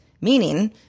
meaning